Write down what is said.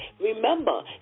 Remember